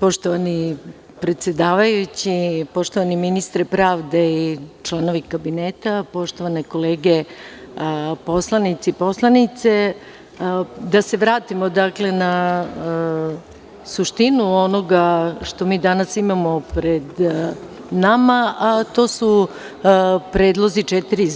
Poštovani predsedavajući, poštovani ministre pravde i članovi kabineta, poštovane kolege poslanici i poslanice, da se vratimo na suštinu onoga što mi danas imamo pred nama, a to su predlozi četiri